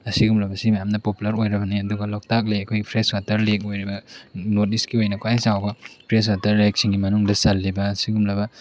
ꯑꯁꯤꯒꯨꯝꯂꯕꯁꯤ ꯌꯥꯝꯅ ꯄꯣꯄꯨꯂꯔ ꯑꯣꯏꯔꯤꯕꯅꯤ ꯑꯗꯨꯒ ꯂꯣꯛꯇꯥꯛ ꯂꯦꯛ ꯑꯩꯈꯣꯏ ꯐ꯭ꯔꯦꯁ ꯋꯥꯇꯔ ꯂꯦꯛ ꯑꯣꯏꯔꯤꯕ ꯅꯣꯔꯠ ꯏꯁꯀꯤ ꯑꯣꯏꯅ ꯈ꯭ꯋꯥꯏ ꯆꯥꯎꯕ ꯐ꯭ꯔꯦꯁ ꯋꯥꯇꯔ ꯂꯦꯛꯁꯤꯡꯒꯤ ꯃꯅꯨꯡꯗ ꯆꯜꯂꯤꯕ ꯑꯁꯤꯒꯨꯝꯂꯕ